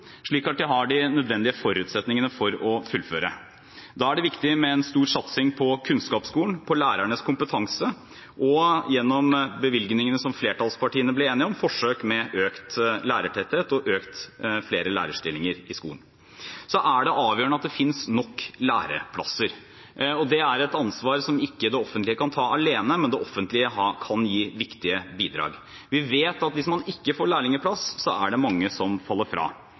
slik at de har de nødvendige forutsetningene for å fullføre. Da er det viktig med en stor satsing på kunnskapsskolen, lærernes kompetanse og – gjennom bevilgningene som flertallspartiene ble enige om – forsøk med økt lærertetthet og flere lærerstillinger i skolen. Det er avgjørende at det finnes nok læreplasser. Det er et ansvar som det offentlige ikke kan ta alene, men det offentlige kan gi viktige bidrag. Vi vet at hvis man ikke får lærlingplass, er det mange som faller fra.